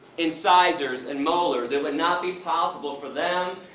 incisors and molars it would not be possible for them,